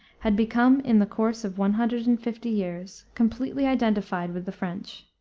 had become in the course of one hundred and fifty years, completely identified with the french.